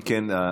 אם כן,